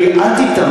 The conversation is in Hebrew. תראי, אל תיתממי.